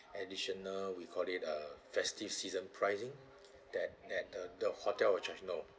additional we call it uh festive season pricing that that uh the hotel will charge no